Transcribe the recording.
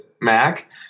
Mac